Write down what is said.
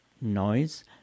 noise